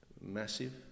massive